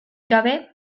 gabe